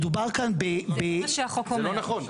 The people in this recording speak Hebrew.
מדובר כאן ב --- זה לא מה שהחוק אומר.